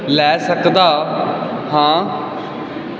ਲੈ ਸਕਦਾ ਹਾਂ